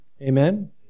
Amen